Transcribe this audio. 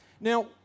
Now